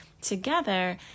together